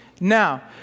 Now